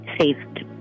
saved